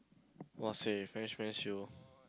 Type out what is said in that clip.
!wahseh! French French yo